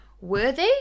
worthy